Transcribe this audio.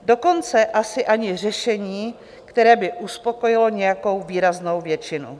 Dokonce asi ani řešení, které by uspokojilo nějakou výraznou většinu.